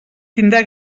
tindrà